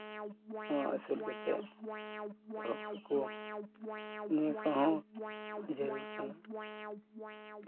ᱩᱱᱠᱩ ᱠᱚᱦᱚᱸ ᱟᱹᱥᱩᱞ ᱠᱟᱛᱮᱫ ᱱᱤᱭᱟᱹ ᱠᱚᱦᱚᱸ ᱡᱟᱹᱨᱩᱲ ᱠᱟᱱᱟ